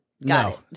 no